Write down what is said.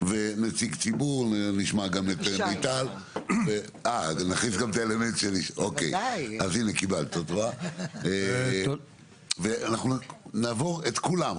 ונציג ציבור, נשמע גם את ליטל, נעבור את כולם.